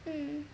mm